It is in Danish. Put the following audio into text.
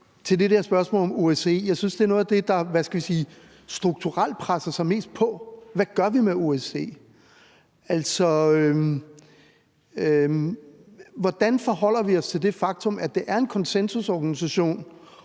til det der spørgsmål om OSCE. Jeg synes, det er noget af det, der – hvad skal vi sige – strukturelt presser sig mest på: Hvad gør vi med OSCE? Altså, hvordan forholder vi os til det faktum, at det er en konsensusorganisation,